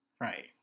right